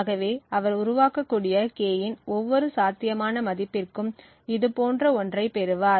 ஆகவே அவர் உருவாக்கக்கூடிய K இன் ஒவ்வொரு சாத்தியமான மதிப்பிற்கும் இதுபோன்ற ஒன்றைப் பெறுவார்